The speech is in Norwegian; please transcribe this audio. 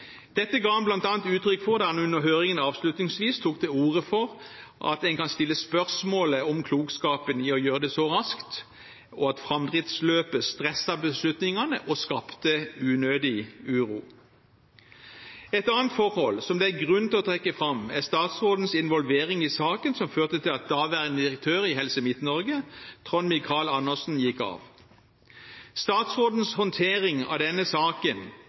Dette ga han bl.a. uttrykk for da han under høringen avslutningsvis tok til orde for at en kan stille spørsmål ved klokskapen i å gjøre det så raskt, og at framdriftsløpet stresset beslutningene og skapte unødig uro. Et annet forhold som det er grunn til å trekke fram, er statsrådens involvering i saken som førte til at daværende direktør i Helse Midt-Norge, Trond Michael Andersen, gikk av. Statsrådens håndtering av denne